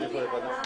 שבעה.